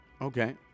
Okay